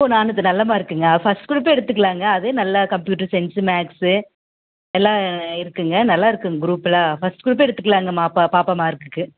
ஓ நானூத்து நல்ல மார்க்குங்க ஃபஸ்ட் குரூப்பே எடுத்துக்கலாங்க அதே நல்ல கம்ப்யூட்டர் சைன்ஸு மேக்ஸு எல்லா இருக்குங்க நல்லா இருக்குங்க குரூப்பெல்லாம் ஃபஸ்ட் குரூப்பே எடுத்துக்கலாங்கம்மா பா பாப்பா மார்க்குக்கு